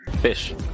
Fish